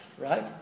right